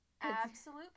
absolute